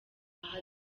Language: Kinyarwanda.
aha